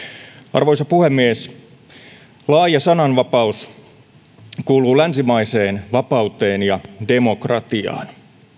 arvoisa puhemies laaja sananvapaus kuuluu länsimaiseen vapauteen ja demokratiaan